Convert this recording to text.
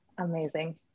Amazing